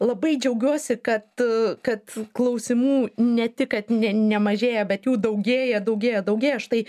labai džiaugiuosi kad kad klausimų ne tik kad ne nemažėja bet jų daugėja daugėja daugėja štai